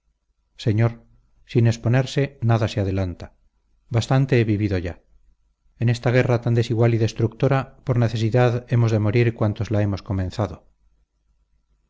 señor sin exponerse nada se adelanta bastante he vivido ya en esta guerra tan desigual y destructora por necesidad hemos de morir cuantos la hemos comenzado